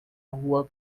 rua